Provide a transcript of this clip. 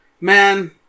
man